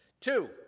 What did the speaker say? Two